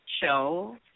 show